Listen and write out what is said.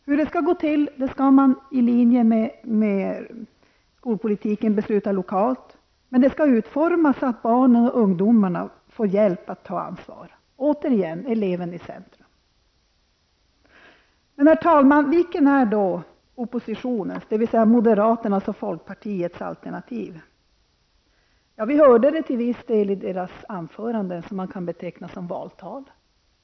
Hur det skall gå till skall man besluta lokalt, i linje med skolpolitiken. Utformningen skall vara sådan att barnen och ungdomarna får hjälp när det gäller att ta ansvar. Återigen står eleven i centrum. Men, herr talman, vilket är då oppositionens -- dvs. moderaternas och folkpartiets -- alternativ? Ja, det framgår till viss del av deras anföranden, som kan betecknas som valtal.